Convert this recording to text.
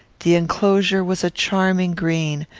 the enclosure was a charming green,